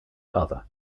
other